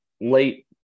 late